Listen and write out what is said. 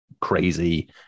crazy